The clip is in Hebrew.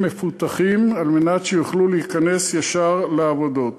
מפותחים על מנת שיוכלו להיכנס ישר לעבודות.